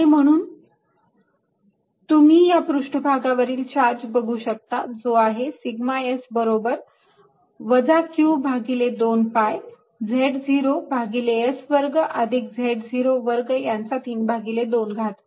आणि म्हणून तुम्ही हा पृष्ठभागावरील चार्ज बघू शकता जो आहे सिग्मा S बरोबर वजा q भागिले 2 pi z0 भागिले s वर्ग अधिक z0 वर्ग यांचा 32 घात